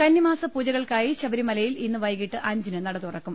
കന്നിമാസ പൂജകൾക്കായി ശബരിമലയിൽ ഇന്ന് വൈകിട്ട് അഞ്ചിന് നട തുറക്കും